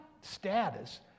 status